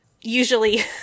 usually